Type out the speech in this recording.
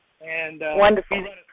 Wonderful